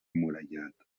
emmurallat